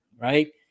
right